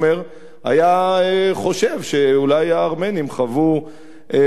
היה חושב שאולי הארמנים חוו רצח עם,